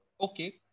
okay